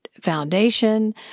Foundation